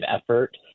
effort